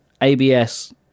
ABS